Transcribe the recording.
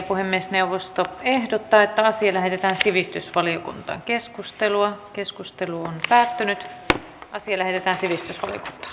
puhemiesneuvosto ehdottaa että asia lähetetään sosiaali ja sillä että sivistys on nyt